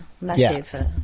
massive